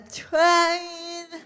train